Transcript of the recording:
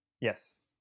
Yes